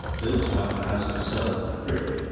built like the house itself of brick,